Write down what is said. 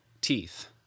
teeth